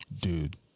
Dude